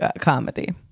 comedy